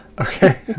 Okay